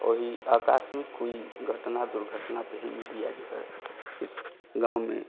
वही आकस्मिक कोई घटना दुर्घटना पे ही मीडिया जो है इस गाँव में